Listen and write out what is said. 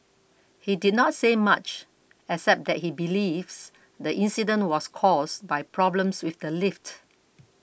he did not say much except that he believes the incident was caused by problems with the lift